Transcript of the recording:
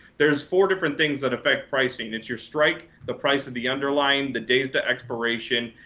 there's four different things that affect pricing. it's your strike, the price of the underlying, the days to expiration,